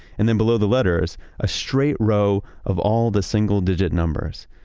and then below the letters, a straight row of all the single-digit numbers.